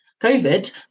COVID